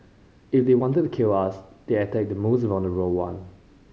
if they wanted to kill us they attack the most vulnerable one